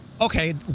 Okay